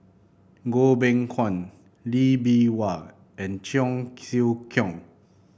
Goh Beng Kwan Lee Bee Wah and Cheong Siew Keong